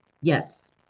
Yes